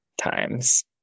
times